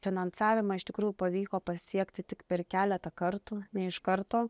finansavimą iš tikrųjų pavyko pasiekti tik per keletą kartų ne iš karto